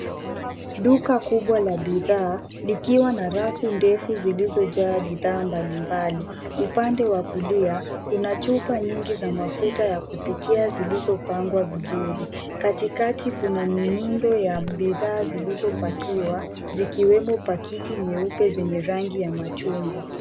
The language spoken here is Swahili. Duka kubwa la bidhaa, likiwa na rafu ndefu zilizo jaa bidhaa mbali mbali, upande wa kulia kuna chupa nyingi za mafuta ya kupikia zilizopangwa vizuri. Katikati kuna minundo ya bidhaa zilizo pakiwa zikiwemo paketi nyeupe zenye rangi ya machungwa.